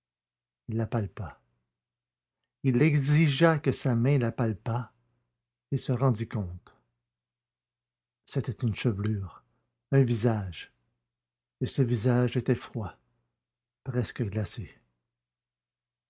il la palpa il exigea que sa main la palpât et se rendît compte c'était une chevelure un visage et ce visage était froid presque glacé